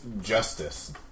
justice